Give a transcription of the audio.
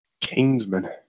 Kingsman